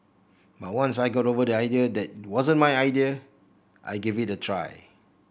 but once I got over the idea that wasn't my idea I give it a try